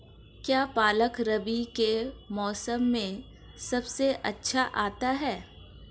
क्या पालक रबी के मौसम में सबसे अच्छा आता है?